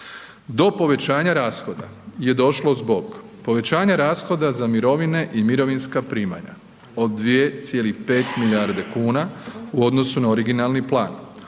Do povećanja rashoda je došlo zbog povećanja rashoda za mirovine i mirovinska primanja od 2,5 milijarde kuna u odnosu na originalni plan